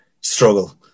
struggle